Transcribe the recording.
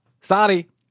sorry